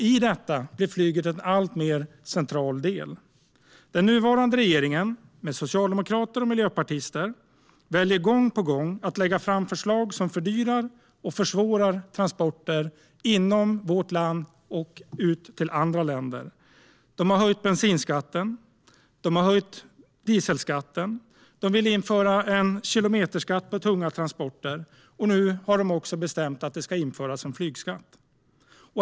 Flyget blir en alltmer central del. Den nuvarande regeringen med socialdemokrater och miljöpartister väljer gång på gång att lägga fram förslag som fördyrar och försvårar transporter inom vårt land och ut till andra länder. De har höjt bensinskatten. De har höjt dieselskatten. De vill införa en kilometerskatt på tunga transporter. Nu har de också bestämt att det ska införas en flygskatt.